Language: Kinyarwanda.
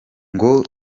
ngo